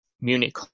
Munich